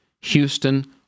Houston